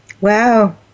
Wow